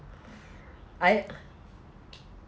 I